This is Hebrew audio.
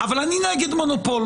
אבל אני נגד מונופול